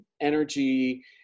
energy